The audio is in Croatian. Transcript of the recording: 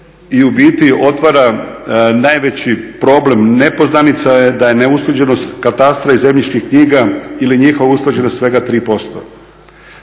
i u biti otvara najveći problem, nepoznanica je da je neusklađenost katastra i zemljišnih knjiga ili njihova usklađenost svega 3%.